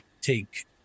take